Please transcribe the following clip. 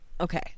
Okay